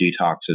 detoxes